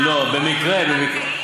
לא, במקרה, ?